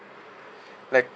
like